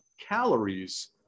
Calories